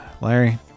Larry